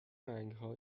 رنگها